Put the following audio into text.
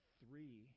three